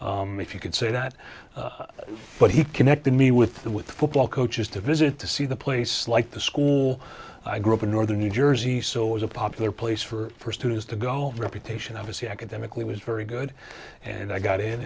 if you could say that but he connected me with the with the football coaches to visit to see the place like the school i grew up in northern new jersey so it was a popular place for students to go reputation obviously academically was very good and i got in